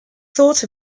thought